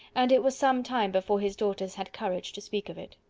and it was some time before his daughters had courage to speak of it.